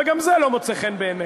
וגם זה לא מוצא חן בעיניך.